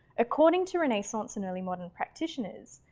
according to renaissance and early modern practitioners,